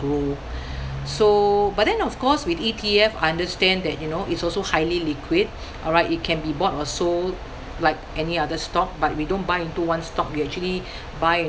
grow so but then of course with E_T_F I understand that you know it's also highly liquid all right it can be bought or sold like any other stock but we don't buy into one stock we actually buy